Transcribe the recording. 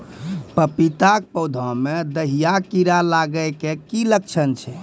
पपीता के पौधा मे दहिया कीड़ा लागे के की लक्छण छै?